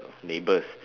neighbours